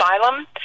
asylum